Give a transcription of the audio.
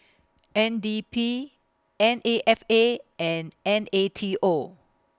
N D P N A F A and N A T O